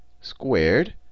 squared